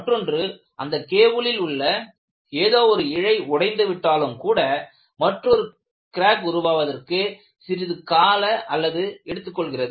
மற்றொன்று அந்த கேபிளில் உள்ள ஏதோ ஒரு இழை உடைந்து விட்டாலும் கூட மற்றொரு கிராக் உண்டாவதற்கு சிறிது கால அளவு எடுத்துக் கொள்கிறது